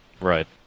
Right